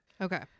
Okay